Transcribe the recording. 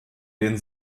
den